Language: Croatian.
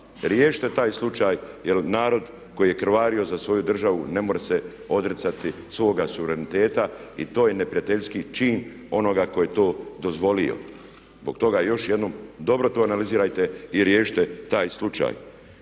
riješite taj slučaj jer narod koji je krvario za svoju državu ne more se odricati svoga suvereniteta. I to je neprijateljski čin onoga koji je to dozvolio. Zbog toga još jednom dobro to analizirajte i riješite taj slučaj.